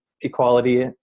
equality